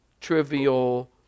trivial